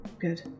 Good